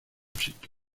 psique